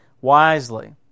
wisely